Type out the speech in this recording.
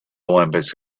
olympics